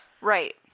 right